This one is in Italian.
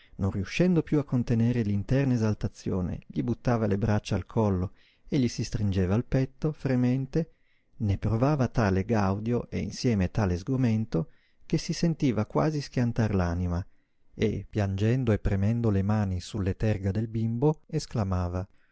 non riuscendo piú a contenere l'interna esaltazione gli buttava le braccia al collo e gli si stringeva al petto fremente ne provava tale gaudio e insieme tale sgomento che si sentiva quasi schiantar l'anima e piangendo e premendo le mani sulle terga del bimbo esclamava